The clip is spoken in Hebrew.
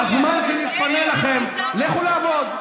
בזמן שמתפנה לכם, לכו לעבוד.